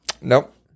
Nope